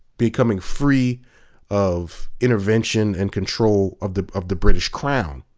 becoming free of intervention and control of the of the british crown.